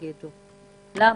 למה?